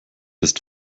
ist